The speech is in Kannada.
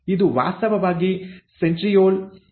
ಇದು ವಾಸ್ತವವಾಗಿ ಸೆಂಟ್ರೀಯೋಲ್ ಗಳಿಂದ ಕೂಡಿದೆ